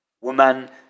woman